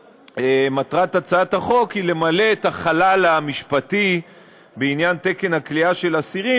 ומטרת החוק היא למלא את החלל המשפטי בעיין תקן הכליאה של אסירים,